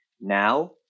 now